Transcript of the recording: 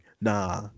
Nah